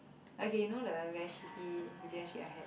okay you know the very shitty relationship I had